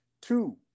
two